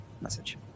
message